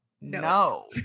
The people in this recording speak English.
no